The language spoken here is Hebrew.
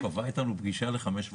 הוא קבע אתנו פגישה להיום ב-17:30.